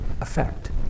effect